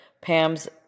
Pam's